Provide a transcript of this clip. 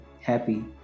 happy